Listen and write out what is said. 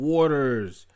Waters